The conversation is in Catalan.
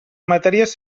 matèries